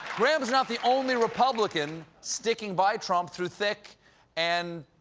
graham's not the only republican sticking by trump through thick and.